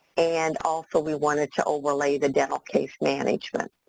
and also, we wanted to overlay the dental case management.